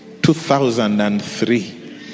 2003